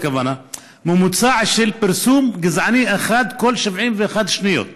ממוצע של פרסום גזעני אחד כל 71 שניות.